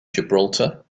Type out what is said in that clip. gibraltar